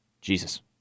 Jesus